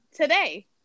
today